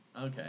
Okay